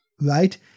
right